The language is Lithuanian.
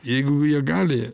jeigu jie gali